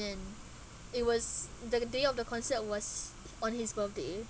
then it was like the day of the concert was on his birthday